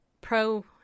pro